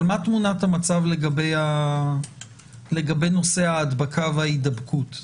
אבל מה תמונת המצב לגבי נושא ההדבקה וההידבקות?